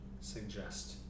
suggest